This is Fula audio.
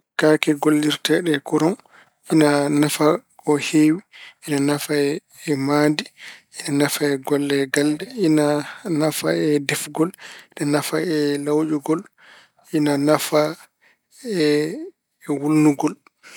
Kaake gollirteeɗe kuraŋ ina nafa ko heewi. Ina nafa e mahdi. Ina nafa e golle galle. Ina nafa e defgol. Ina nafa e lawƴgol. Ina nafa e wulnugol.